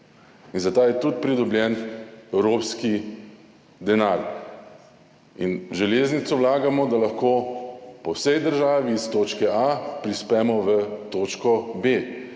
in za to je tudi pridobljen evropski denar. V železnico vlagamo, da lahko po vsej državi iz točke A prispemo v točko B